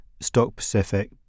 stock-pacific